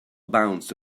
bounced